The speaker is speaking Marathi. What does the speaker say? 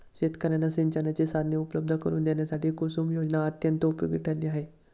शेतकर्यांना सिंचनाची साधने उपलब्ध करून देण्यासाठी कुसुम योजना अत्यंत उपयोगी ठरली आहे